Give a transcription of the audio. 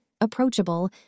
approachable